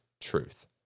truth